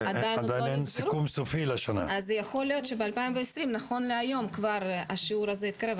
אז יכול להיות שב-2020 נכון להיום השיעור הזה התקרב,